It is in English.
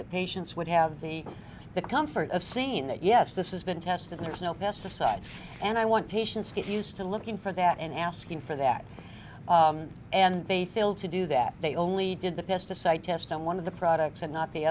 that patients would have the comfort of seeing that yes this has been tested there is no pesticides and i want patients get used to looking for that and asking for that and they failed to do that they only did the pesticide test on one of the products and not the